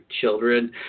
children